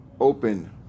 open